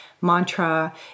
mantra